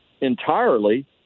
entirely